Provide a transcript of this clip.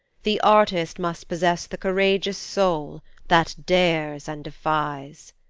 the artist must possess the courageous soul that dares and defies.